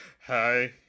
hi